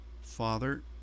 Father